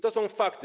To są fakty.